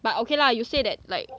but okay lah you say that like